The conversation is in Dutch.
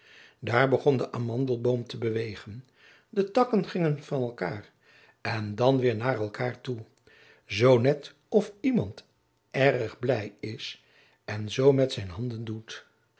daar begon de amandelboom te bewegen de takken gingen van elkaâr en dan weer naar elkaâr toe zoo net of iemand erg blij is en zoo met zijn handen doet